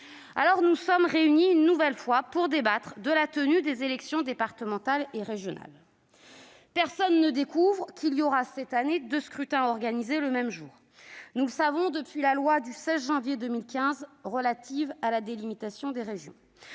Nous sommes donc réunis une nouvelle fois pour débattre de la tenue des élections départementales et régionales. Personne ne découvre qu'il y aura cette année deux scrutins à organiser le même jour. Nous le savons depuis la loi du 16 janvier 2015 relative à la délimitation des régions.